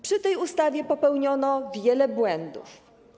Przy tej ustawie popełniono wiele błędów.